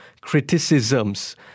criticisms